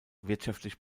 wirtschaftlich